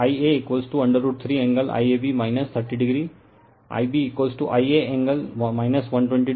कही भी Ia 3 angle IAB 30o Ib Ia angle 120o और Ic Ia 120o